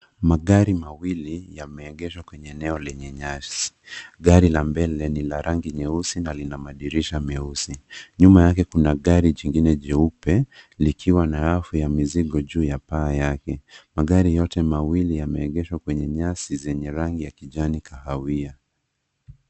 Magari mawili yameegeshwa kwenye eneo lenye nyasi. Gari la mbele ni la rangi nyeusi na lina madirisha meusi. Nyuma yake kuna gari jingine jeupe likiwa na rafu ya mizigo juu ya paa yake. Magari yote mawili yameegeshwa kwenye nyasi zenye rangi ya kijani kahawia.